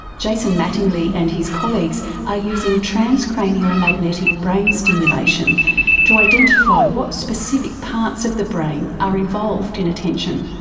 jason mattingley and his colleagues are using transcranial magnetic brain stimulation to identify what specific parts of the brain are involved in attention.